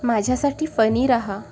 माझ्यासाठी फनी रहा